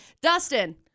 Dustin